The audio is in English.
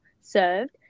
served